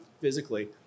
physically